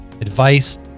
advice